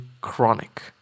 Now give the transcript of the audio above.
chronic